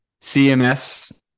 CMS